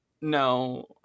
no